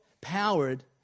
powered